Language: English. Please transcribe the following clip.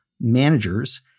managers